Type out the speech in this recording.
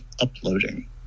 uploading